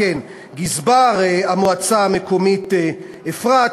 גזבר המועצה המקומית אפרת,